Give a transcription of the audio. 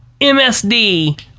MSD